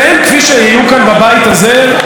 והם, היו כאן בבית הזה,